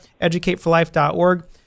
educateforlife.org